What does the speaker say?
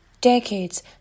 decades